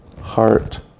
heart